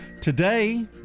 Today